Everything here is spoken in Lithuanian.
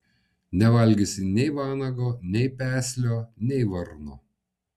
nevalgysi nei vanago nei peslio nei varno